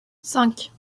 cinq